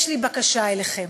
יש לי בקשה אליכם: